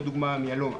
לדוגמה מיאלומה.